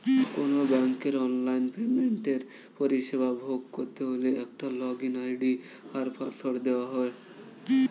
কোনো ব্যাংকের অনলাইন পেমেন্টের পরিষেবা ভোগ করতে হলে একটা লগইন আই.ডি আর পাসওয়ার্ড দেওয়া হয়